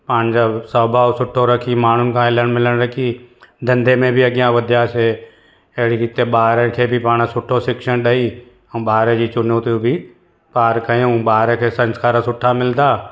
पंहिंजासुभाउ सुठो रखी माण्हुनि खां हिलणु मिलणु रखी धंधे में बि अॻियां वधियासीं अहिड़ी जिथे ॿार खे बि पाण सुठो शिक्षण ॾेई ऐं ॿार जी चुनौतियूं बि पार कयूं ॿार खे संस्कार सुठा मिलंदा